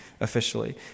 officially